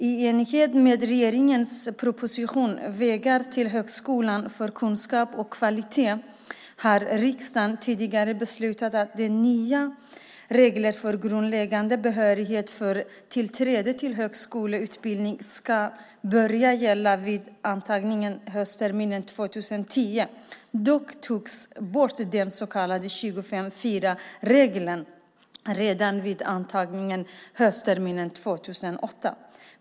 I enlighet med regeringens proposition Vägar till högskolan för kunskap och kvalitet har riksdagen tidigare beslutat att de nya reglerna för grundläggande behörighet för tillträde till högskoleutbildning ska börja gälla vid antagningen höstterminen 2010. Dock togs den så kallade 25:4-regeln bort redan vid antagningen höstterminen 2008.